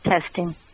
testing